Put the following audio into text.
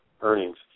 earnings